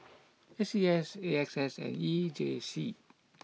A C S A X S and E J C